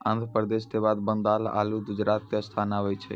आन्ध्र प्रदेश के बाद बंगाल आरु गुजरात के स्थान आबै छै